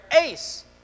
ace